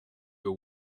your